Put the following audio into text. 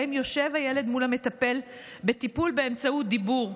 שבהם יושב הילד מול המטפל בטיפול באמצעות דיבור.